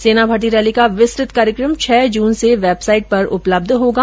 सेना भर्ती रेली का विस्तृत कार्यक्रम छह जून से वेबसाईट पर उपलब्ध होगा